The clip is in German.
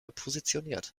positioniert